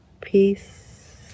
peace